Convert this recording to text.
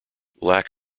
lack